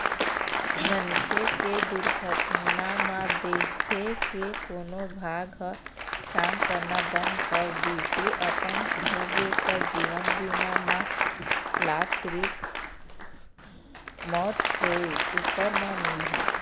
मनखे के दुरघटना म देंहे के कोनो भाग ह काम करना बंद कर दिस य अपंग होगे त जीवन बीमा म लाभ सिरिफ मउत होए उपर म मिलही